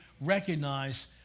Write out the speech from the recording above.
recognize